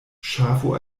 ŝafo